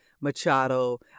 Machado